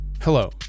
Hello